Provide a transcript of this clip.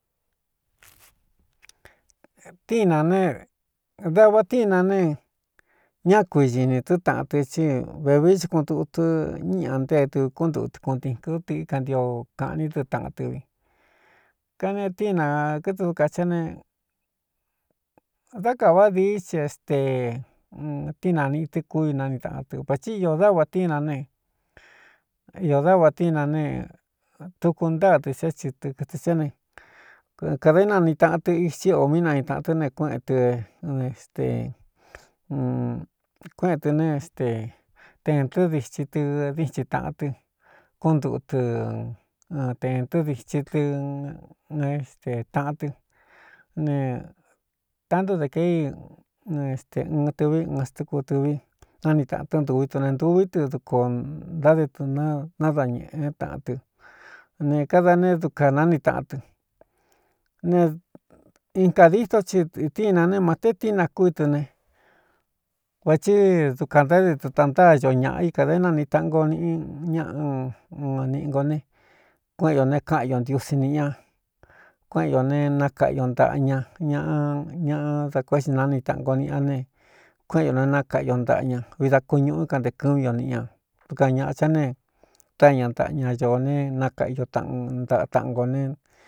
Tíin nā nedava tíi na ne ñá kuiñi nī tɨ́ taꞌan tɨ cí vevií chikunduutɨ ñña ntée dɨ kúntuꞌu tɨ kuntiú tɨ íkan ntio kāꞌn ní dɨ taꞌan tɨvi kanetíi na kɨtɨ duka chá ne dá kāvá dií chi é steetíi naniꞌi tɨ kúi náni taꞌan tɨ vathi iō dávāa tíi na ne iō dávā tíi na ne tuku ntáa tɨ xé tsi tɨ kɨtɨ xíá nekādā é nani taꞌan tɨ itsí o mí nani taꞌan tɨ́ ne kuéꞌen tɨ n ste kuéꞌēn tɨ ne se tentɨ́ dithi tɨ ditin taꞌan tɨ kúntuꞌu tɨ ntēntɨ́ dichi tɨ é stee taꞌan tɨ ne tanto de kei n ste ɨɨn tɨví ɨɨn stuku dɨví náni taꞌan tɨ́ntuví tu ne ntuví tɨ duku ā táde tu nádañēꞌé taꞌan tɨ ne kada né dukan náni taꞌan tɨ ne in kā ditó citíin na ne mátee tíina kúitɨ ne vathi dukān nta éde tutantáa ño ñāꞌa i kādā é naniꞌi taꞌan nko niꞌi ña niꞌi ngo ne kuéꞌen ō ne káꞌan o ndiusi niꞌi ña kuéꞌen ō ne nakaꞌio ntaꞌa ña ñaꞌa ñaꞌa da kuéꞌxi náni taꞌan ko niꞌi a ne kuéꞌen o ne nakaꞌio ntaꞌa ña vi da kuñuꞌu kan nte kɨmi o niꞌi ña dukaan ñāꞌa chá ne tá ña ntaꞌa ña ñoo ne nakaꞌio taꞌan ntaꞌa taꞌan nkō ne.